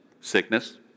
Sickness